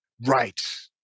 Right